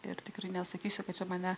ir tikrai nesakysiu kad čia mane